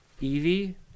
Evie